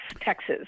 Texas